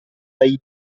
dei